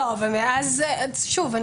שוב,